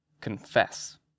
Confess